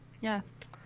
Yes